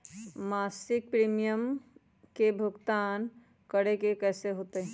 मासिक प्रीमियम के भुगतान करे के हई कैसे होतई?